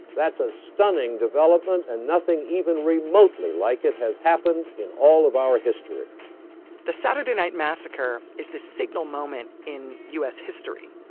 that's a stunning development. and nothing even remotely like it has happened in all of our history the saturday night massacre is this signal moment in u s. history.